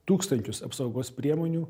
tūkstančius apsaugos priemonių